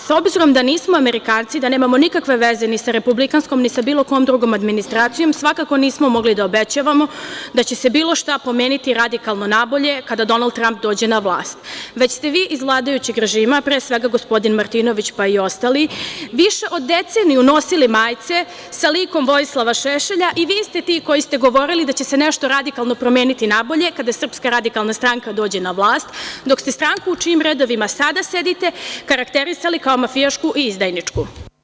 S obzirom da nismo Amerikanci, da nemamo nikakve veze, ni sa republikanskom, ni sa bilo kojom drugom administracijom, svakako nismo mogli da obećavamo da će se bilo šta promeniti radikalno nabolje, kada Donald Tramp dođe na vlast, već ste vi, iz vladajućeg režima, pre svega gospodin Martinović, pa i ostali, više od deceniju nosili majice sa likom Vojislava Šešelja i vi ste ti koji ste govorili da će se nešto radikalno promeniti na bolje kada SRS dođe na vlast, dok ste stranku u čijim redovima sada sedite, karakterisali kao mafijašku i izdajničku.